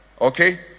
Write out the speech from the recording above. Okay